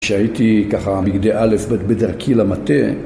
כשהייתי ככה בגדי א' בדרכי למטה